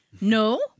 No